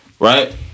Right